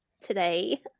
today